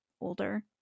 older